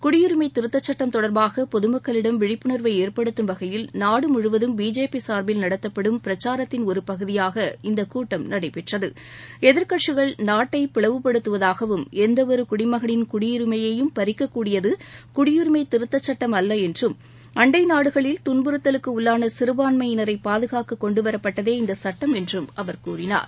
குடியுரிமை திருத்தச் சட்டம் தொடர்பாக பொதுமக்களிடம் விழிப்புணர்வை ஏற்படுத்தும் வகையில் நாடு முழுவதும் பிஜேபி சார்பில் நடத்தப்படும் பிரச்சாரத்தின் ஒரு பகுதியாக இந்தக் கூட்டம் நடைபெற்றது எதிர்க்கட்சிகள் நாட்டை பிளவுபடுத்துவதாகவும் எந்தவொரு குடிமகனின் குடியுரிமையையும் பறிக்கக்கூடியது குடியுரிமை திருத்தச் சட்டம் அல்ல என்றும் அண்டை நாடுகளில் துன்புறுத்தலுக்கு உள்ளான சிறுபான்மையிரை பாதுகாக்க கொண்டு வரப்பட்டதே இந்த சுட்டம் என்றும் அவர் கூறினார்